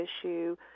issue